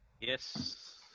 Yes